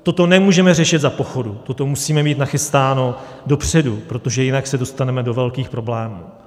Toto nemůžeme řešit za pochodu, toto musíme mít nachystáno dopředu, protože jinak se dostaneme do velkých problémů.